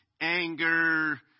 anger